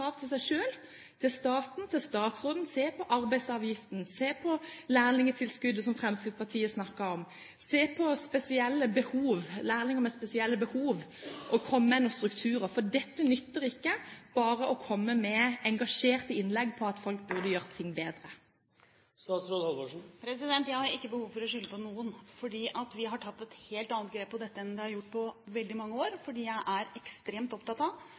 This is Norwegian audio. til seg selv, til staten, til statsråden, til å se på arbeidsavgiften, se på lærlingtilskuddet som Fremskrittspartiet snakker om, og se på lærlinger med spesielle behov – og komme med noen strukturer? Det nytter ikke bare å komme med engasjerte innlegg om at folk burde gjøre ting bedre. Jeg har ikke behov for å skylde på noen. Vi har tatt et helt annet grep på dette enn det som er gjort på veldig mange år. Jeg er ekstremt opptatt av